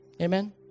Amen